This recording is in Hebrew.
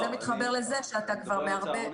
וזה מתחבר לזה שאתה כבר מערבב.